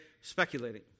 speculating